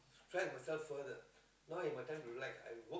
stretch myself further now is my time to relax I work